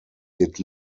did